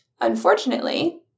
Unfortunately